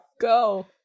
go